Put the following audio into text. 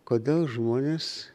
kodėl žmonės